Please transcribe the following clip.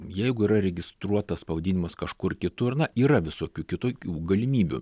jeigu yra registruotas pavadinimas kažkur kitur na yra visokių kitokių galimybių